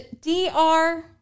dr